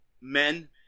men